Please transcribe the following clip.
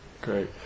Great